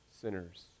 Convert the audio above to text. sinners